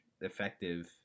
effective